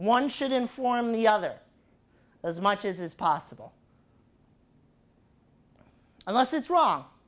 one should inform the other as much as possible unless it's wrong